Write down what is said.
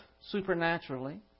supernaturally